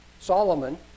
Solomon